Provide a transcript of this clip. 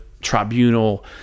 Tribunal